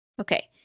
Okay